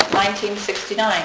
1969